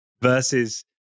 versus